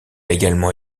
également